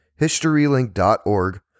HistoryLink.org